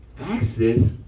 access